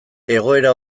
egoera